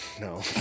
No